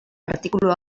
artikulu